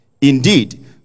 indeed